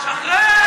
שחרר.